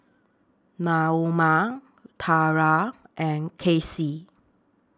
Naoma Thyra and Casie